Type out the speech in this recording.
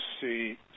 see